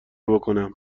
بکنم